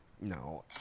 No